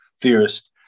theorist